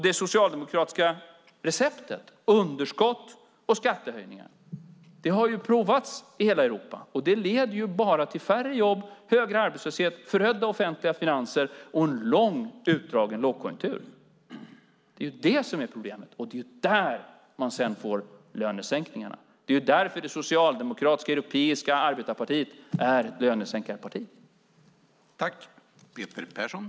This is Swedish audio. Det socialdemokratiska receptet, underskott och skattehöjningar, har ju provats i hela Europa och det leder bara till färre jobb, högre arbetslöshet, förödda offentliga finanser och en långt utdragen lågkonjunktur. Det är det som är problemet och det är där man sedan får lönesänkningarna. Det är därför det socialdemokratiska europeiska arbetarpartiet är ett lönesänkarparti.